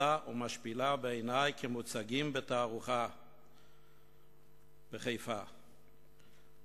מכיוון שאני רואה בתערוכה הזאת מין